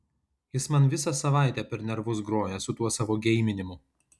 jis man visą savaitę per nervus groja su tuo savo geiminimu